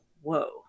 Whoa